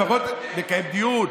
לפחות לקיים דיון,